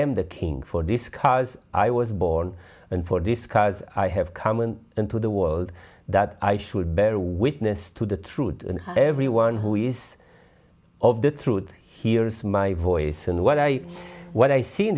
am the king for this cause i was born and for this cause i have come an end to the world that i should bear witness to the truth and everyone who is of the truth hears my voice and what i what i see